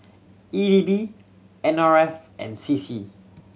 E D B N R F and C C